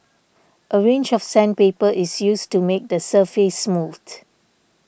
a range of sandpaper is used to make the surface smooth